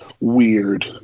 weird